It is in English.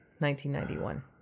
1991